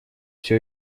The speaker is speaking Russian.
все